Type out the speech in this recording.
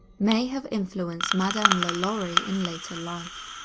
may have influenced madame lalaurie in later life.